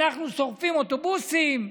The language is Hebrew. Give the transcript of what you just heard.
אנחנו שורפים אוטובוסים,